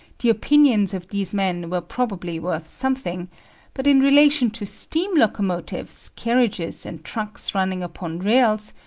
the opinions of these men were probably worth something but in relation to steam locomotives, carriages and trucks running upon rails,